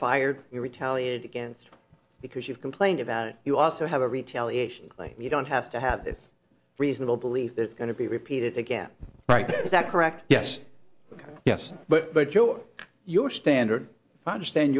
fired we retaliated against because you've complained about it you also have a retaliation claim you don't have to have a reasonable belief that it's going to be repeated again right is that correct yes yes but but your your standard understand